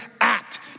act